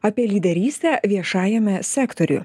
apie lyderystę viešajame sektoriuje